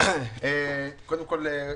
קודם כל,